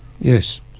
Yes